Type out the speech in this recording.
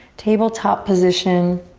tabletop position.